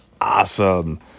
awesome